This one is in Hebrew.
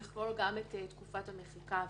לכלול גם את תקופת המחיקה,